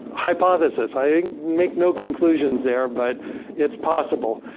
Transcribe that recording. hypothesis, i make no conclusions there, but it's possible.